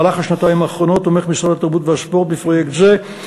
בשנתיים האחרונות תומך משרד התרבות והספורט בפרויקט זה,